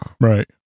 right